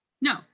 No